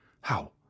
How